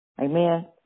Amen